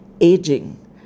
aging